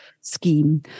scheme